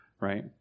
right